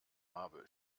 habe